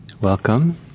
welcome